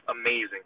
amazing